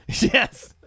yes